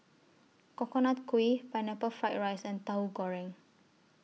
Coconut Kuih Pineapple Fried Rice and Tauhu Goreng